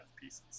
pieces